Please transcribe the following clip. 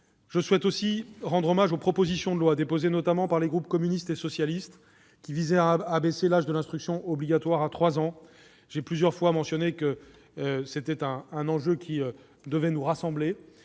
Je souhaite aussi rendre hommage aux propositions de loi, déposées notamment par les groupes communistes et socialistes, qui visaient à abaisser l'âge de l'instruction obligatoire à 3 ans. J'ai plusieurs fois indiqué que cet enjeu, que ces groupes